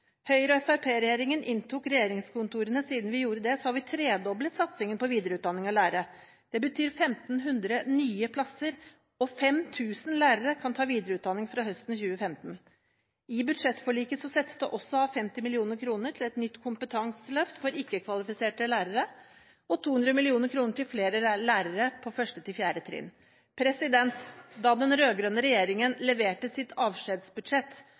inntok regjeringskontorene, har vi tredoblet satsingen på videreutdanning av lærere. Det betyr 1 500 nye plasser, og 5 000 lærere kan ta videreutdanning fra høsten 2015. I budsjettforliket settes det også av 50 mill. kr til et nytt kompetanseløft for ikke-kvalifiserte lærere og 200 mill. kr til flere lærere på 1.–4. trinn. Da den rød-grønne regjeringen leverte sitt avskjedsbudsjett,